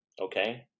okay